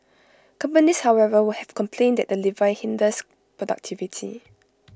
companies however will have complained that the levy hinders productivity